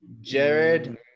Jared